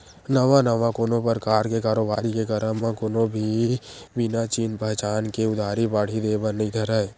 नवा नवा कोनो परकार के कारोबारी के करब म कोनो भी बिना चिन पहिचान के उधारी बाड़ही देय बर नइ धरय